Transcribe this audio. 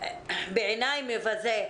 בעיני זה מבזה.